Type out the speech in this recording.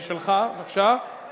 של חבר הכנסת מולה.